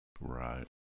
Right